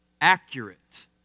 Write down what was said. accurate